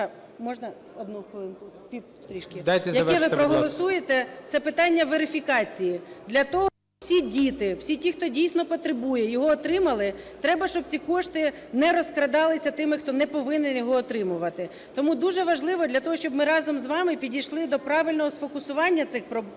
МАРКАРОВА О.С. …яке ви проголосуєте, це питання верифікації. Для того, щоб всі діти, всі ті, хто дійсно потребує, його отримали, треба, щоб ці кошти не розкрадалися тими, хто не повинен його отримувати. Тому дуже важливо для того, щоб ми разом з вами підійшли до правильного сфокусування цих програм